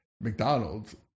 McDonald's